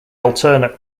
alternate